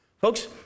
Folks